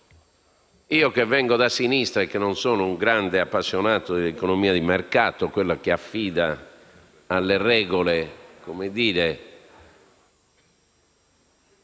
Io che vengo da sinistra, non sono un grande appassionato dell'economia di mercato, che affida alle regole della